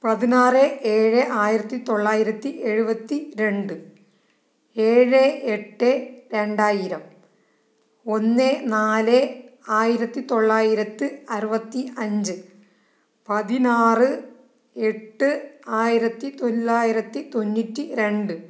പതിനാറ് ഏഴ് ആയിരത്തിത്തൊള്ളായിരത്തി എഴുപത്തി രണ്ട് ഏഴ് എട്ട് രണ്ടായിരം ഒന്ന് നാല് ആയിരത്തിത്തൊള്ളായിരത്തി അറുപത്തി അഞ്ച് പതിനാറ് എട്ട് ആയിരത്തിത്തൊള്ളായിരത്തി തൊണ്ണൂറ്റി രണ്ട്